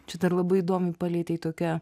čia dar labai įdomu palietei tokią